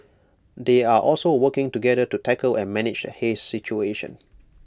they are also working together to tackle and manage the haze situation